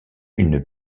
une